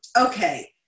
Okay